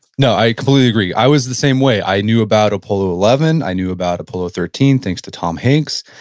no, i completely agree. i was the same way. i knew about apollo eleven. i knew about apollo thirteen thanks to tom hanks.